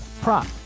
prop